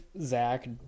Zach